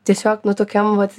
tiesiog nu tokiam vat